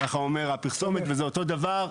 ככה אומרת הפרסומת, וזה אותו דבר.